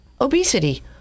Obesity